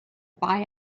buy